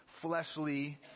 fleshly